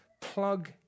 plug